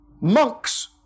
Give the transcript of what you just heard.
Monks